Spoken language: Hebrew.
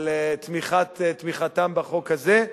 על תמיכתם בחוק הזה,